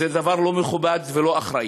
זה דבר לא מכובד ולא אחראי.